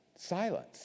silence